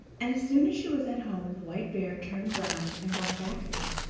and as soon as she was at home the white bear turned round and went back again.